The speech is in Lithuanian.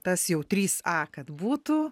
tas jau trys a kad būtų